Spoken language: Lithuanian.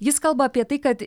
jis kalba apie tai kad